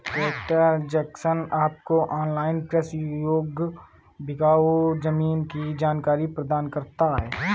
tractor Junction आपको online कृषि योग्य बिकाऊ जमीन की जानकारी प्रदान करता है